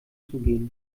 zugehen